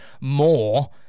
more